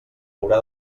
haurà